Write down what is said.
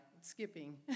skipping